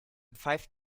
pfeift